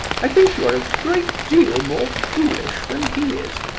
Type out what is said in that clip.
i think you are a great deal more foolish than he is.